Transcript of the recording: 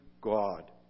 God